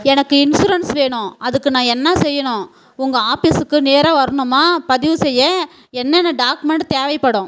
எனக்கு இன்சூரன்ஸ் வேணும் அதுக்கு நான் என்ன செய்யணும் உங்கள் ஆபீஸுக்கு நேராக வரணுமா பதிவு செய்ய என்னன்ன டாக்குமென்ட் தேவைப்படும்